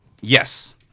Yes